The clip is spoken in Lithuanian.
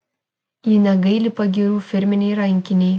ji negaili pagyrų firminei rankinei